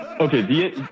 Okay